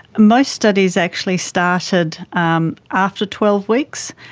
most studies actually started um after twelve weeks.